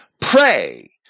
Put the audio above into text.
pray